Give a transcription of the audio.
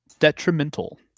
Detrimental